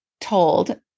told